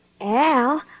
Al